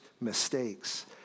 mistakes